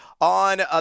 On